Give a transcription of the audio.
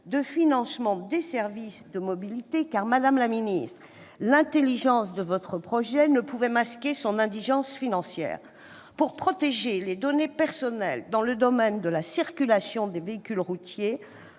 de financement des services de mobilité. En effet, madame la ministre, l'intelligence de votre projet ne pouvait masquer son indigence financière. Pour protéger les données personnelles dans le domaine de la circulation des véhicules routiers,